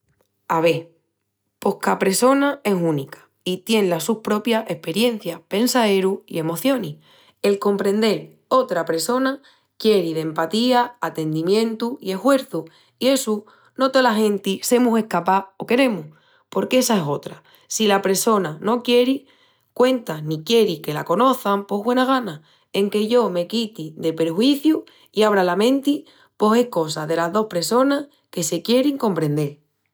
Ave, pos cá pressona es única i tien las sus propias esperiencias, pensaerus i emocionis. El comprendel otra pressona quieri d'empatía, atendimientu i eshuerçu i essu no tola genti semus escapás o queremus. Porque essa es otra. Si la pressona no quieri cuentas ni quieri que la conoçan pos güena gana. Enque yo me quiti de perjuízius i abra la menti pos es cosa delas dos pressonas que se quierin comprendel.